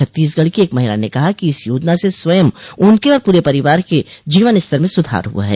छत्तीसगढ़ की एक महिला ने कहा कि इस योजना से स्वयं उनके और पूरे परिवार के जीवन स्तर में सुधार हुआ है